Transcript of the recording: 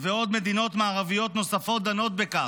ועוד מדינות מערביות נוספות דנות בכך,